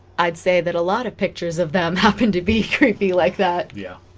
i'd say that a lot of pictures of them happen to be creepy like that yeah